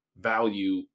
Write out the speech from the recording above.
value